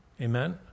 Amen